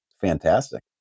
fantastic